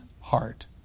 heart